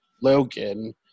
Logan